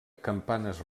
campanes